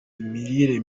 imirire